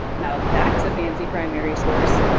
now, that's a fancy primary source.